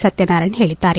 ಸತ್ಯನಾರಾಯಣ ಹೇಳಿದ್ದಾರೆ